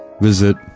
visit